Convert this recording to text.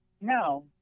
No